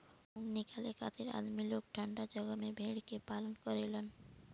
ऊन निकाले खातिर आदमी लोग ठंडा जगह में भेड़ के पालन करेलन